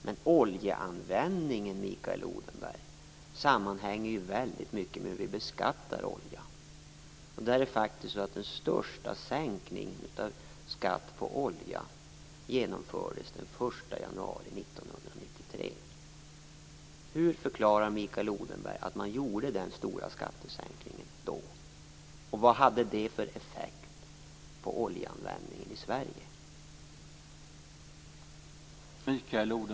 Men användning av olja, Mikael Odenberg, hänger samman med hur vi beskattar olja. Den största sänkningen av skatt på olja genomfördes den 1 januari 1993. Hur förklarar Mikael Odenberg den stora skattesänkningen då? Vad hade den för effekt på användningen av olja i Sverige?